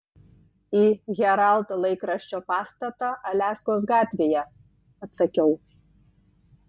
į herald laikraščio pastatą aliaskos gatvėje atsakiau